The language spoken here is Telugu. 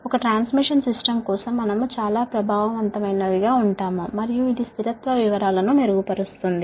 ఒక ట్రాన్స్మిషన్ సిస్టమ్ కోసం మనము చాలా ప్రభావవంతమైనవి గా ఉంటాము మరియు ఇది స్థిరత్వ వివరాలను మెరుగుపరుస్తుంది